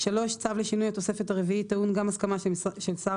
(3)צו לשינוי התוספת הרביעית טעון גם הסכמת שר